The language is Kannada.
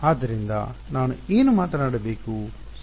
ಆದ್ದರಿಂದ ನಾನು ಏನು ಮಾತನಾಡಬೇಕು